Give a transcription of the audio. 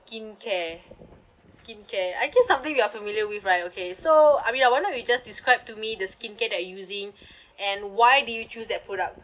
skincare skincare I guess something you are familiar with right okay so I mean uh why not you just describe to me the skincare that you're using and why do you choose that product